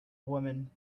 woman